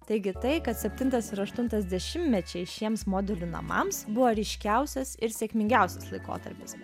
taigi tai kad septintas ir aštuntas dešimtmečiai šiems modelių namams buvo ryškiausias ir sėkmingiausias laikotarpis